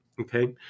okay